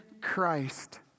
Christ